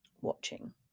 Watching